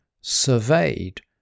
surveyed